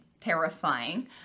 terrifying